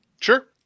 Sure